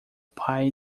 pai